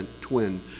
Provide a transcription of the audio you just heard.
twin